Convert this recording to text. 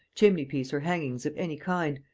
chimney-piece or hangings of any kind,